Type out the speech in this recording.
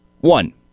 One